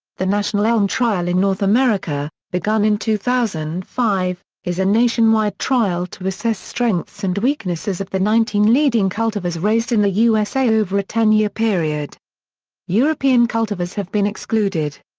the national elm trial in north america, begun in two thousand and five, is a nationwide trial to assess strengths and weaknesses of the nineteen leading cultivars raised in the usa over a ten-year period european cultivars have been excluded.